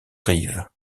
rive